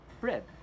bread